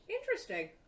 Interesting